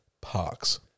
parks